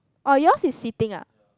oh yours is sitting ah